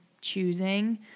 choosing